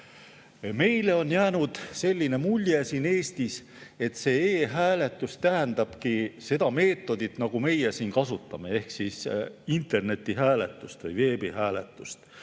Meile on jäänud siin Eestis selline mulje, et e‑hääletus tähendabki seda meetodit, nagu meie siin kasutame, ehk internetihääletust või veebihääletust.